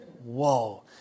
whoa